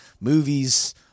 movies